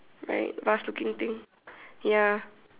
right vase looking thing ya